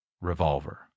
revolver